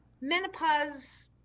menopause